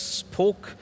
spoke